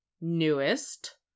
newest